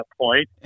point